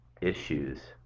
issues